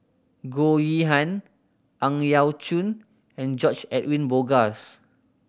Goh Yihan Ang Yau Choon and George Edwin Bogaars